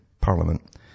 Parliament